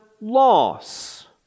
loss